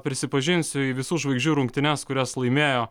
prisipažinsiu į visų žvaigždžių rungtynes kurias laimėjo